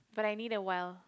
but I need a while